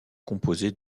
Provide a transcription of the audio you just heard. composées